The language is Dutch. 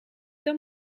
dan